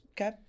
okay